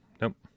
Nope